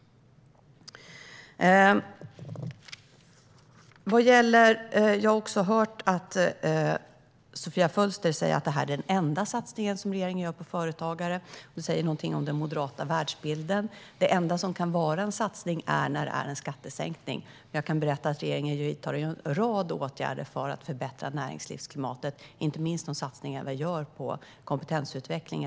Sofia Fölster säger att detta är den enda satsning som regeringen gör på företagare. Det säger någonting om den moderata världsbilden - det enda som kan innebära en satsning är en skattesänkning. Men jag kan berätta att regeringen vidtar en rad åtgärder för att förbättra näringslivsklimatet, inte minst de satsningar som vi gör på kompetensutveckling.